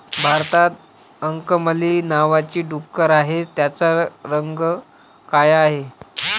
भारतात अंकमली नावाची डुकरं आहेत, त्यांचा रंग काळा आहे